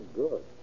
good